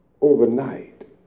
overnight